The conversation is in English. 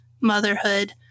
motherhood